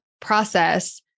process